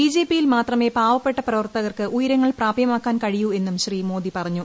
ബിജെപിയിൽ മാത്രമേ പാവപ്പെട്ട പ്രവർത്തർക്ക് ഉയരങ്ങൾ പ്രാപ്യമാക്കാൻ കഴിയൂ എന്നും ശ്രീ മോദി പറഞ്ഞു